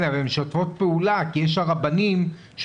כן אבל הן משתפות פעולה כי יש רבנים שהוציאו